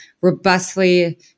robustly